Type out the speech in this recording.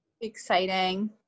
exciting